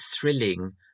thrilling